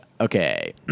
Okay